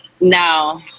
No